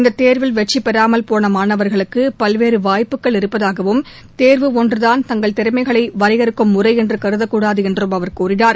இந்த தேர்வில் வெற்றி பெறாமல்போன மாணவர்களுக்கு பல்வேறு வாய்ப்புகள் இருப்பதாகவும் தேர்வு ஒன்று தான் தங்கள் திறமைகளை வரையறுக்கும் முறை என்று கருதக்கூடாது என்றும் அவர் கூறினார்